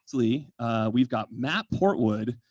so we've we've got matt portwood,